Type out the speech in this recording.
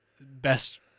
best